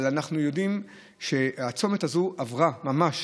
אבל אנחנו יודעים שהצומת הזה עבר ממש,